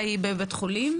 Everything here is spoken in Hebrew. בזום.